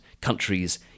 countries